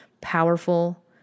powerful